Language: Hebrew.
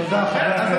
תודה, חבר הכנסת.